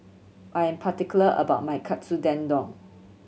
I am particular about my Katsu Tendon